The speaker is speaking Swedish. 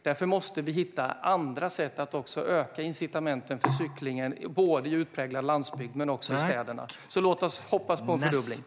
Därför måste vi hitta andra sätt att öka incitamenten för cyklingen både i utpräglad landsbygd och i städerna. Låt oss hoppas på en fördubbling!